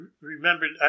remembered